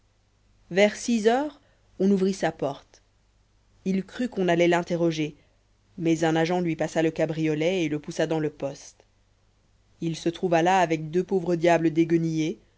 vers six heures on ouvrit sa porte il crut qu'on allait l'interroger mais un agent lui passa le cabriolet et le poussa dans le poste il se trouva là avec deux pauvres diables